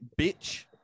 bitch